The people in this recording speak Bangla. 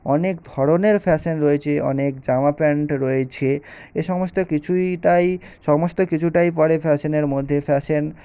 অনেক ধরনের ফ্যাশন রয়েছে অনেক জামা প্যান্ট রয়েছে এ সমস্ত কিছুইটাই সমস্ত কিছুটাই পড়ে ফ্যাশনের মধ্যে ফ্যাশন